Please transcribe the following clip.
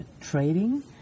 trading